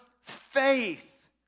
faith